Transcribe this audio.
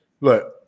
Look